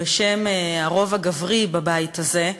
בשם הרוב הגברי בבית הזה.